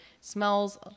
smells